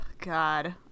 God